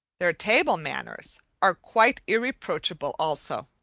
their table manners are quite irreproachable also.